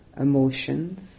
emotions